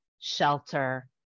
shelter